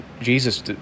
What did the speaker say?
Jesus